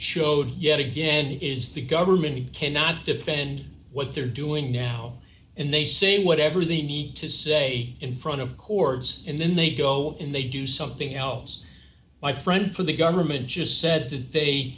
showed yet again is the government cannot depend what they're doing now and they say whatever they need to say in front of chords and then they go and they do something else my friend from the government just said that they